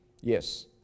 yes